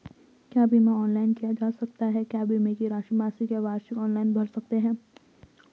क्या बीमा ऑनलाइन किया जा सकता है क्या बीमे की राशि मासिक या वार्षिक ऑनलाइन भर सकते हैं?